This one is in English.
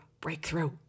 breakthrough